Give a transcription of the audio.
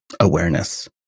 awareness